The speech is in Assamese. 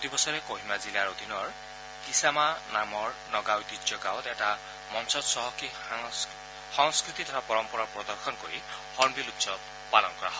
প্ৰতি বছৰে কহিমা জিলাৰ অধীনৰ কিছামা নামৰ নগা ঐতিহ্য গাঁৱত এটা মঞ্চত চহকী সংস্কৃতি তথা পৰম্পৰাৰ প্ৰদৰ্শন কৰি হণবিল উৎসৱ পালন কৰা হয়